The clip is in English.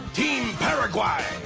team paraguay,